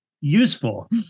useful